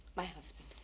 my husband,